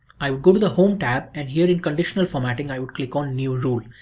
i would go to the home tab and here in conditional formatting i would click on new rule,